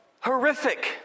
horrific